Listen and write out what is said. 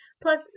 Plus